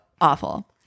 Awful